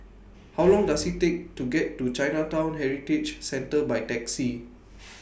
How Long Does IT Take to get to Chinatown Heritage Centre By Taxi